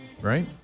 Right